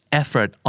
effort